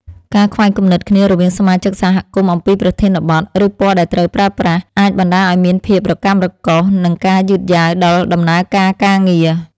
ការខ្វែងគំនិតគ្នារវាងសមាជិកសហគមន៍អំពីប្រធានបទ ឬពណ៌ដែលត្រូវប្រើប្រាស់ អាចបណ្តាលឱ្យមានភាពរកាំរកូស និងការយឺតយ៉ាវដល់ដំណើរការការងារ។